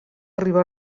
riba